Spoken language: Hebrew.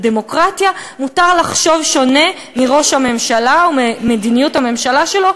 בדמוקרטיה מותר לחשוב שונה מראש הממשלה וממדיניות הממשלה שלו,